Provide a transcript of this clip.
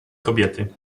kobiety